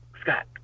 Scott